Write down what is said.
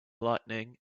lighting